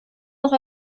noch